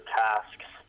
tasks